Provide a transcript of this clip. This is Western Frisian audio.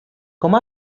kom